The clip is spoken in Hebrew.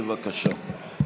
בבקשה.